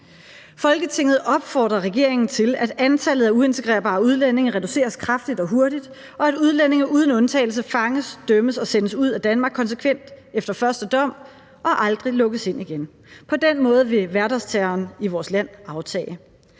Folketinget opfordrer regeringen til, at antallet af uintegrerbare udlændinge reduceres kraftigt og hurtigt, og at udlændinge uden undtagelse fanges, dømmes og sendes ud af Danmark konsekvent efter første dom – og aldrig lukkes ind igen. På den måde vil hverdagsterroren i vores land aftage.